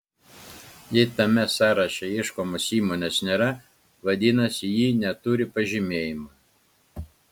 jei tame sąraše ieškomos įmonės nėra vadinasi ji neturi pažymėjimo